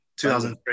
2003